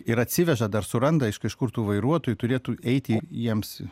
ir atsiveža dar suranda iš kažkur tų vairuotojų turėtų eiti jiems